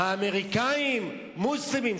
האמריקנים מוסלמים.